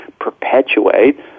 perpetuate